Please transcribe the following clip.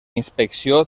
inspecció